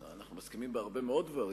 אנחנו מסכימים בהרבה מאוד דברים.